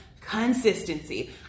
consistency